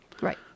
Right